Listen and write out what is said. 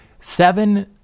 seven